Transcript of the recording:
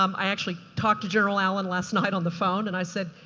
um i actually talked to general allen last night on the phone, and i said,